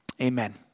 Amen